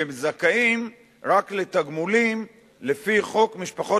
והם זכאים רק לתגמולים לפי חוק משפחות